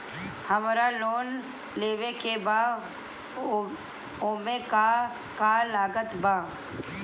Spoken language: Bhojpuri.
हमरा लोन लेवे के बा ओमे का का लागत बा?